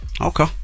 Okay